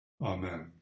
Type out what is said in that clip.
Amen